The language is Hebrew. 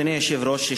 אדוני היושב-ראש,